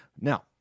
Now